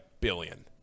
billion